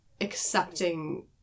accepting